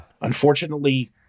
Unfortunately